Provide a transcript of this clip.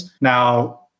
Now